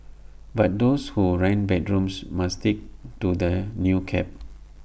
but those who rent bedrooms must stick to the new cap